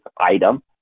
item